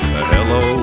Hello